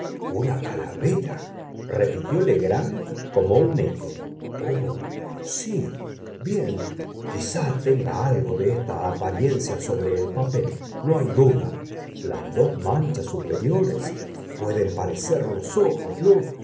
una calavera repitió legrand como un eco oh sí bien quizás tenga algo de esta apariencia sobre el papel no hay duda las dos manchas superiores pueden parecer los ojos no